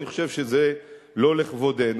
אני חושב שזה לא לכבודנו.